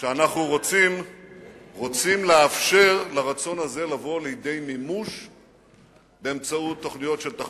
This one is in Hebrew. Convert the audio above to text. לפני עשר שנים אמרנו את זה.